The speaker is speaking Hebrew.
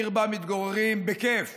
עיר שבה מתגוררים בכיף